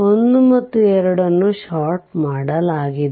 1 ಮತ್ತು 2 ನ್ನು ಷಾರ್ಟ್ ಮಾಡಲಾಗಿದೆ